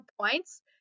points